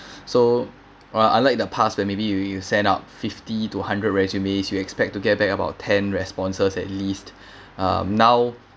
so while I like the past where maybe you you set up fifty to hundred resumes you expect to get back about ten responses at least uh now